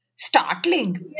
Startling